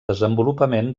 desenvolupament